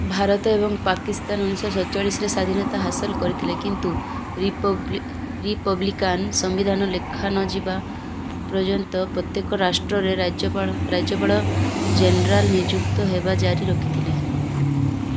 ଭାରତ ଏବଂ ପାକିସ୍ତାନ ଉଣେଇଶି ଶହ ସଡ଼ଚାଳିଶିରେ ସ୍ୱାଧୀନତା ହାସଲ କରିଥିଲେ କିନ୍ତୁ ରିପବ୍ଲି ରିପବ୍ଲିକାନ୍ ସମ୍ବିଧାନ ଲେଖା ନଯିବା ପର୍ଯ୍ୟନ୍ତ ପ୍ରତ୍ୟେକ ରାଷ୍ଟ୍ରରେ ରାଜ୍ୟପାଳ ରାଜ୍ୟପାଳ ଜେନେରାଲନିଯୁକ୍ତ ହେବା ଜାରି ରଖିଥିଲେ